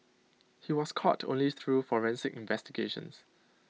he was caught only through forensic investigations